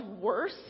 worse